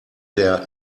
der